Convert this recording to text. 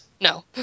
No